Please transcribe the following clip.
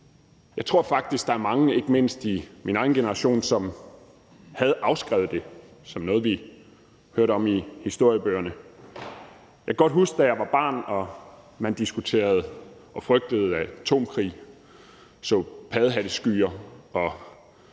Jeg tror faktisk, der er mange – ikke mindst i min egen generation – som havde afskrevet det som noget, vi hørte om i historiebøgerne. Jeg kan godt huske, da jeg var barn, at man diskuterede og frygtede atomkrig. Man så paddehatteskyer og